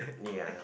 ya